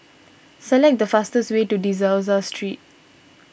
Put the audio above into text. select the fastest way to De Souza Street